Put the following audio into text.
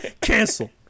Cancel